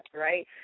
right